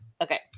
Okay